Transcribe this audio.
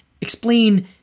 explain